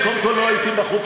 אם לא היית בחוץ,